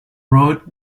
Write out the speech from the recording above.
road